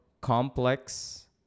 complex